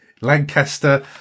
lancaster